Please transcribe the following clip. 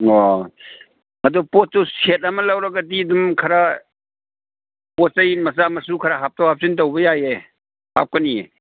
ꯑꯣ ꯑꯗꯨ ꯄꯣꯠꯇꯨ ꯁꯦꯠ ꯑꯃ ꯂꯧꯔꯒꯗꯤ ꯑꯗꯨꯝ ꯈꯔ ꯄꯣꯠ ꯆꯩ ꯃꯆꯥ ꯃꯁꯨ ꯈꯔ ꯍꯥꯞꯇꯣꯛ ꯍꯥꯞꯆꯤꯟ ꯇꯧꯕ ꯌꯥꯏꯌꯦ ꯍꯥꯞꯀꯅꯤꯌꯦ